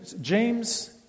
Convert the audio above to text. James